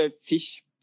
fish